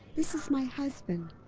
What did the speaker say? this is my husband.